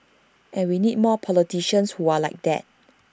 and we need more politicians who are like that